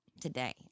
today